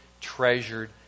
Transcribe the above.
treasured